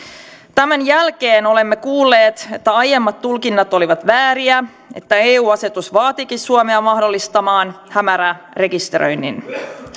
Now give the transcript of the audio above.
tämän jälkeen olemme kuulleet että aiemmat tulkinnat olivat vääriä että eu asetus vaatiikin suomea mahdollistamaan hämärärekisteröinnin